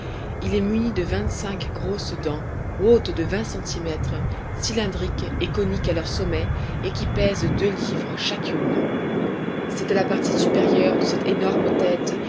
il est muni de vingt-cinq grosses dents hautes de vingt centimètres cylindriques et coniques à leur sommet et qui pèsent deux livres chacune c'est à la partie supérieure de cette énorme tête